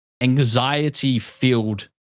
anxiety-filled